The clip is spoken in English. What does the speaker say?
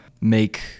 make